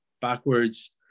backwards